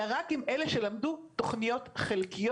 אלא רק עם אלה שלמדו תוכניות חלקיות,